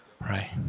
right